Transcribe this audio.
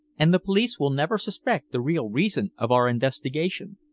and the police will never suspect the real reason of our investigation.